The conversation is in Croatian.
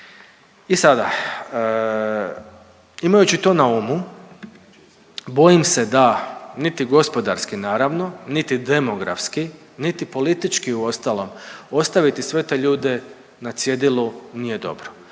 I sada imajući to na umu bojim se da niti gospodarski naravno niti demografski, niti politički uostalom ostaviti sve te ljude na cjedilu nije dobro.